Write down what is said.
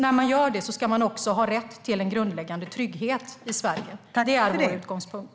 När de gör det ska de också ha rätt till en grundläggande trygghet i Sverige. Det är vår utgångspunkt.